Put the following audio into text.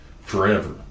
forever